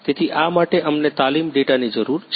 તેથી આ માટે અમને તાલીમ ડેટાની જરૂર છે